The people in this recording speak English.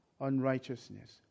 unrighteousness